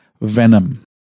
Venom